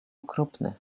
okropne